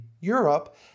Europe